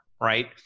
Right